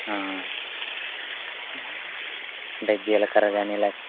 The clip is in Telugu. అంటే జీలకర్ర గాని లే